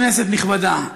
כנסת נכבדה,